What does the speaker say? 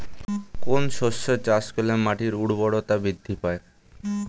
কোন শস্য চাষ করলে মাটির উর্বরতা বৃদ্ধি পায়?